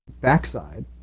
Backside